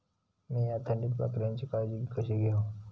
मीया थंडीत बकऱ्यांची काळजी कशी घेव?